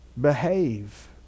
behave